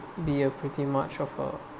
be a pretty much of a